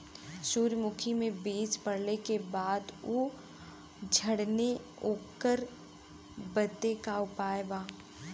सुरजमुखी मे बीज पड़ले के बाद ऊ झंडेन ओकरा बदे का उपाय बा?